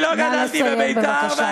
אני לא גדלתי בבית"ר,